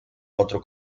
otro